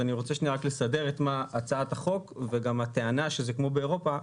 אני רוצה לסדר את הצעת החוק וגם הטענה שזה כמו באירופה,